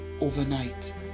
overnight